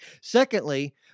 Secondly